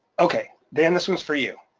okay, dan, this one's for you.